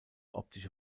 optische